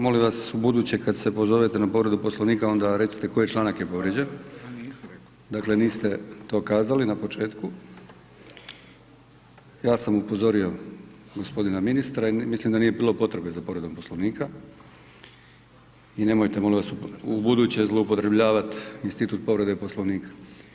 Molim vas, ubuduće kad se pozovete na Povredu poslovnika, onda recite koji članak je povrijeđen, dakle, niste to kazali na početku, ja sam upozorio g. ministra i mislim da nije bilo potrebe za povredom Poslovnika i nemojte molim vas ubuduće zloupotrebljavat institut povrede Poslovnika.